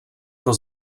pro